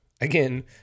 again